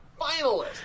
finalist